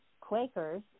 Quakers